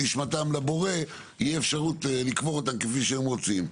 נשמתם לבורא תהיה אפשרות לקבור אותם כפי שהם רוצים.